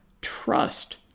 trust